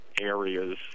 areas